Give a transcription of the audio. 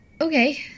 okay